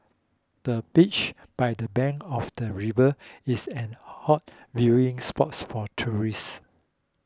the beach by the bank of the river is an hot viewing spots for tourists